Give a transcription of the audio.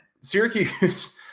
Syracuse